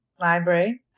Library